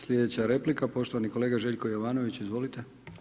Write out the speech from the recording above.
Sljedeća replika poštovani kolega Željko Jovanović, izvolite.